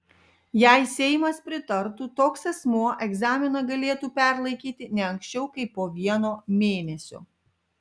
jei seimas pritartų toks asmuo egzaminą galėtų perlaikyti ne anksčiau kaip po vieno mėnesio